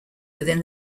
within